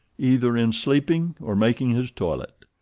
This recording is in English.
either in sleeping or making his toilet.